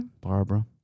Barbara